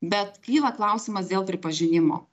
bet kyla klausimas dėl pripažinimo